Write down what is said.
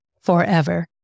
forever